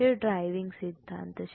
તે ડ્રાઇવિંગ સિદ્ધાંત છે